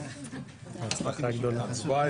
אשמח שאתה,